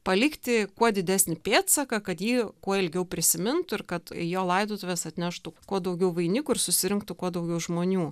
palikti kuo didesnį pėdsaką kad jį kuo ilgiau prisimintų ir kad į jo laidotuves atneštų kuo daugiau vainikų ir susirinktų kuo daugiau žmonių